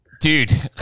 dude